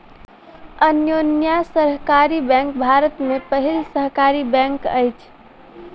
अन्योन्या सहकारी बैंक भारत के पहिल सहकारी बैंक अछि